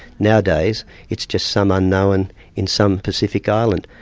nowadays it's just some unknown in some pacific island.